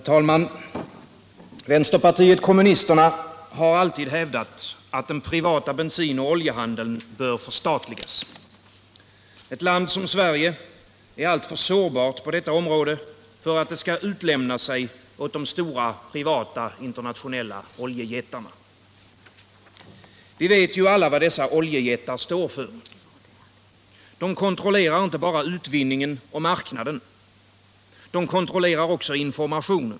Herr talman! Vänsterpartiet kommunisterna har alltid hävdat att den privata bensinoch oljehandeln bör förstatligas. Ett land som Sverige är alltför sårbart på detta område för att det skall utlämna sig åt de stora privata internationella oljejättarna. Vi vet alla vad dessa oljejättar står för. De kontrollerar inte bara utvinningen och marknaden. De kontrollerar också informationen.